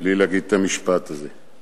בלי להגיד את המשפט הזה.